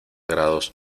grados